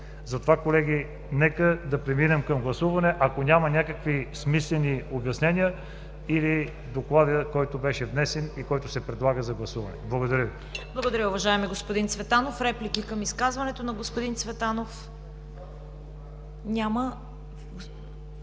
Затова, колеги, нека да преминем към гласуване, ако няма някакви смислени обяснения или Доклада, който беше внесен и който се предлага за гласуване. Благодаря Ви. ПРЕДСЕДАТЕЛ ЦВЕТА КАРАЯНЧЕВА: Благодаря Ви, уважаеми господин Цветанов. Реплики към изказването на господин Цветанов? Няма.